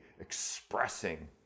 expressing